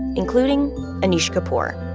including anish kapoor